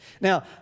Now